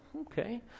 okay